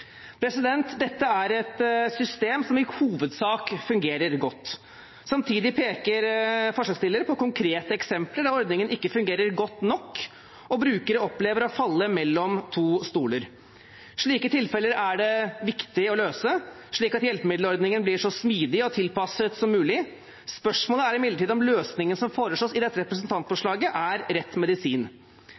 Dette er et system som i hovedsak fungerer godt. Samtidig peker forslagsstiller på konkrete eksempler der ordningen ikke fungerer godt nok og brukere opplever å falle mellom to stoler. Slike tilfeller er det viktig å løse, slik at hjelpemiddelordningen blir så smidig og tilpasset som mulig. Spørsmålet er imidlertid om løsningen som foreslås i dette representantforslaget, er rett medisin.